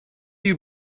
you